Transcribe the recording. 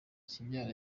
kibyara